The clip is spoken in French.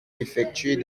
d’effectuer